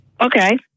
Okay